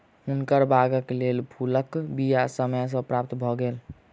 हुनकर बागक लेल फूलक बीया समय सॅ प्राप्त भ गेल